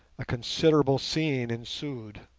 a considerable scene ensued.